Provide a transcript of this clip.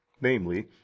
namely